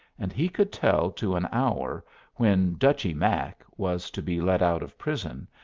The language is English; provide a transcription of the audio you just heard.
and he could tell to an hour when dutchy mack was to be let out of prison,